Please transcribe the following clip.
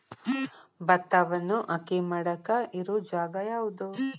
ಭತ್ತವನ್ನು ಅಕ್ಕಿ ಮಾಡಾಕ ಇರು ಜಾಗ ಯಾವುದು?